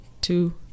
two